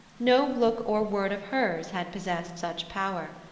no look or word of hers had possessed such power.